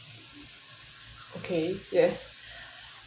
okay yes